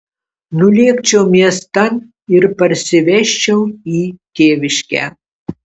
nulėkčiau miestan ir parsivežčiau į tėviškę